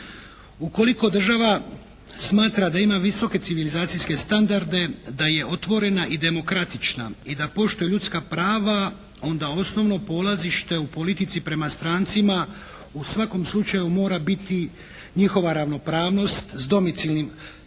Ukoliko država smatra da ima visoke civilizacijske standarde, da je otvorena i demokratična. I da poštuje ljudska prava. Onda osnovno polazište u politici prema strancima u svakom slučaju mora biti njihova ravnopravnost s domicilnim stanovništvom